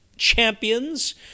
champions